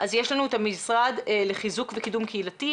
יש לנו את המשרד לחיזוק וקידום קהילתי,